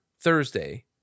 Thursday